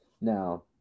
Now